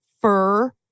fur